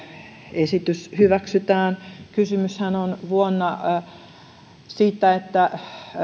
esitys hyväksytään kysymyshän on siitä että